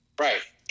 right